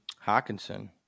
Hawkinson